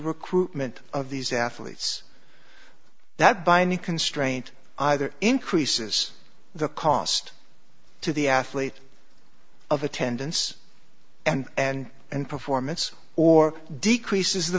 recruitment of these athletes that by any constraint either increases the cost to the athlete of attendance and and and performance or decreases the